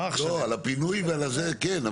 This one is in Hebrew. על הפינוי וזה, כן.